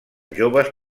joves